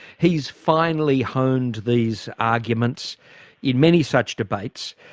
he's finely honed these arguments in many such debates.